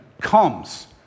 comes